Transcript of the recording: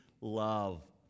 love